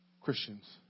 Christians